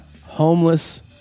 homeless